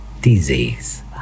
disease